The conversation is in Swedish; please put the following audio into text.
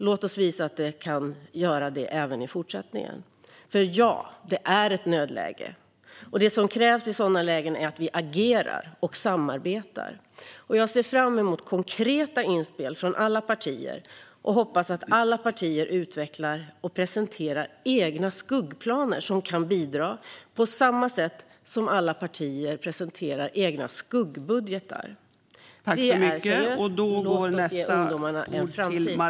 Låt oss visa att vi kan göra det även i fortsättningen. Ja, det är ett nödläge, och det som krävs i sådana lägen är att vi agerar och samarbetar. Jag ser fram emot konkreta inspel från alla partier och hoppas att alla partier utvecklar egna skuggplaner som kan bidra, på samma sätt som alla partier presenterar egna skuggbudgetar. Låt oss ge ungdomarna en framtid!